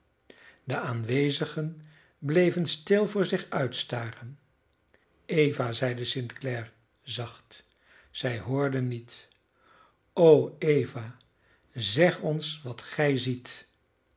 de aanwezigen bleven stil voor zich uit staren eva zeide st clare zacht zij hoorde niet o eva zeg ons wat gij ziet